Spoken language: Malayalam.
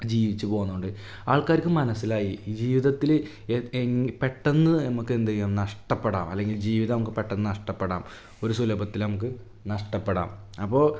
ജീവിച്ചു പോകുന്നുണ്ട് ആള്ക്കാർക്ക് മനസ്സിലായി ഈ ജീവിതത്തിൽ എ എങ് പെട്ടെന്നു നമുക്കെന്തു ചെയ്യാം നഷ്ടപ്പെടാം അല്ലെങ്കില് ജീവിതം നമുക്കു പെട്ടെന്നു നഷ്ടപ്പെടാം ഒരു സുലഭത്തിൽ നമുക്ക് നഷ്ടപ്പെടാം അപ്പോൾ